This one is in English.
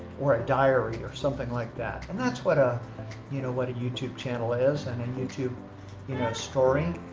or a diary, or something like that, and that's what ah you know what a youtube channel is, and a and youtube you know story.